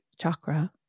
chakra